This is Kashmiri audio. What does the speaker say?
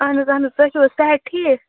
اَہَن حظ اَہَن حظ تُہۍ چھِو حظ صحت ٹھیٖک